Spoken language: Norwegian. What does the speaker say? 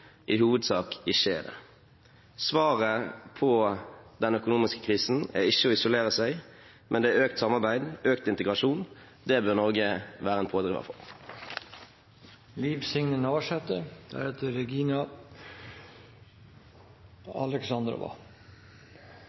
i hovedsak ikke er det. Svaret på den økonomiske krisen er ikke å isolere seg, men økt samarbeid og økt integrasjon. Det bør Norge være en pådriver